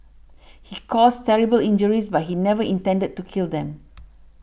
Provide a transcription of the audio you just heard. he caused terrible injuries but he never intended to kill them